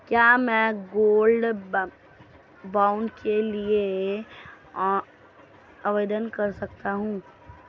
क्या मैं gold bond के लिए आवेदन कर सकता हूं?